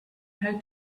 how